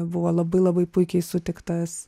buvo labai labai puikiai sutiktas